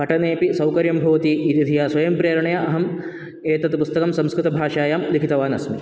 पठने अपि सौकर्यं भवति इति धिया स्वयं प्रेरणया अहं एतत् पुस्तकं संस्कृतभाषायां लिखितवान् अस्मि